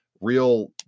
real